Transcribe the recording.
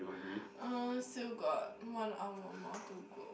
still got one hour more to go